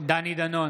דני דנון,